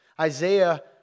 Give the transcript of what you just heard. Isaiah